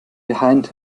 behind